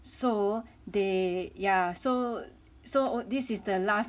so they yeah so so this is the last